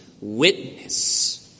witness